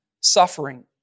suffering